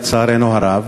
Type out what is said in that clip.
לצערנו הרב.